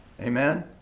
Amen